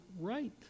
right